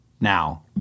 now